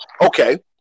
okay